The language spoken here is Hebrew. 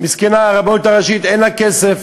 מסכנה הרבנות הראשית, אין לה כסף.